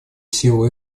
силу